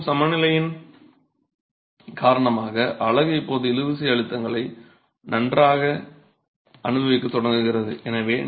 பிணைப்பு மற்றும் சமநிலையின் காரணமாக அலகு இப்போது இழுவிசை அழுத்தங்களை நன்றாக அனுபவிக்கத் தொடங்குகிறது